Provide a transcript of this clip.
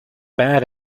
bad